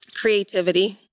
creativity